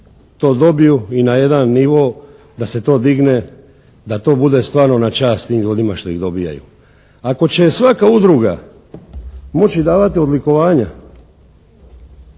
to dobiju i na jedan nivo da se to digne, da to bude stvarno na čast tim ljudima što ih dobijaju. Ako će svaka udruga moći davati odlikovanja